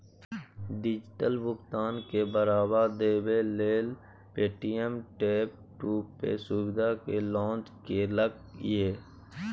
digital भुगतान केँ बढ़ावा देबै लेल पे.टी.एम टैप टू पे सुविधा केँ लॉन्च केलक ये